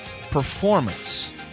performance